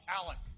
talent